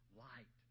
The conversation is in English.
light